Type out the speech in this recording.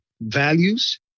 values